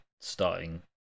starting